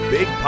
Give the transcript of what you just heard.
Big